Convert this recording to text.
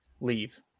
leave